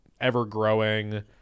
ever-growing